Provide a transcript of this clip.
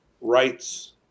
rights